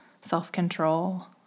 self-control